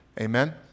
amen